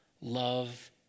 love